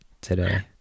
today